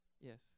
Yes